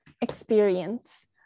experience